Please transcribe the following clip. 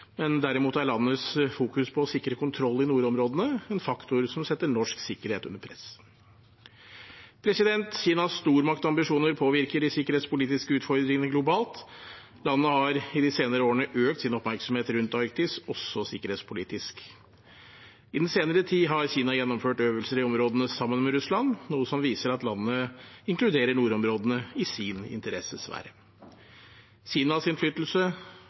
Derimot er landets fokus på å sikre kontroll i nordområdene en faktor som setter norsk sikkerhet under press. Kinas stormaktambisjoner påvirker de sikkerhetspolitiske utfordringene globalt. Landet har i de senere årene økt sin oppmerksomhet rundt Arktis også sikkerhetspolitisk. I den senere tid har Kina gjennomført øvelser i områdene sammen med Russland, noe som viser at landet inkluderer nordområdene i sin interessesfære. Kinas innflytelse